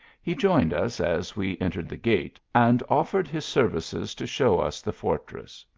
he joined us as we entered the gate, and offered his services to show us the fortress.